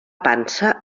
pansa